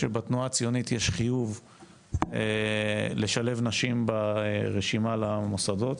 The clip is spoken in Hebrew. שבתנועה הציונית יש חיוב לשלב נשים ברשימה למוסדות,